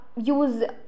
use